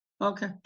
Okay